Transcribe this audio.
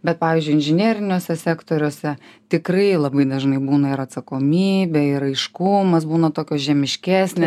bet pavyzdžiui inžineriniuose sektoriuose tikrai labai dažnai būna ir atsakomybė ir aiškumas būna tokios žemiškesnės